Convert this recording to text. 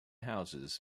houses